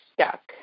stuck